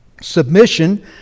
submission